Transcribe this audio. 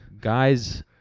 Guys